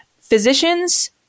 Physicians